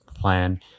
plan